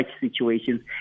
situations